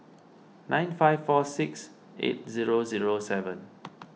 nine five four six eight zero zero seven